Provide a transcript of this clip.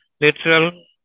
literal